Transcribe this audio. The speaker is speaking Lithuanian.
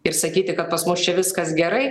ir sakyti kad pas mus čia viskas gerai